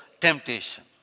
temptation